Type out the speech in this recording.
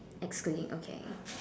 excluding okay